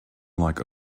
like